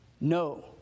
No